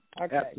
Okay